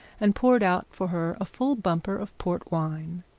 and poured out for her a full bumper of port wine.